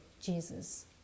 Jesus